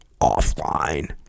offline